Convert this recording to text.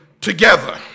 together